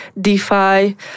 DeFi